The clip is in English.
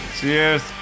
cheers